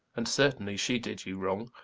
and certainly she did you wrong,